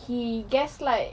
he gaslight